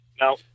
no